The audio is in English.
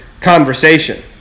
conversation